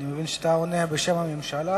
אני מבין שאתה עונה בשם הממשלה.